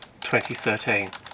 2013